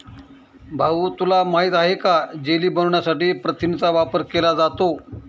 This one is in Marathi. भाऊ तुला माहित आहे का जेली बनवण्यासाठी प्रथिनांचा वापर केला जातो